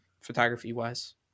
photography-wise